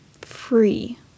free